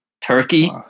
Turkey